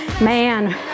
man